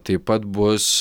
taip pat bus